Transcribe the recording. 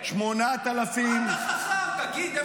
מה אתה חכם, תגיד?